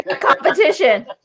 competition